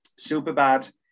Superbad